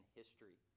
history